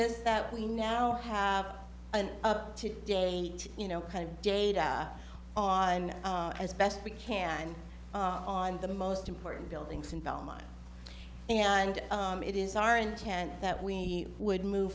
is that we now have an up to date you know kind of data on as best we can on the most important buildings and belmont and it is our intent that we would move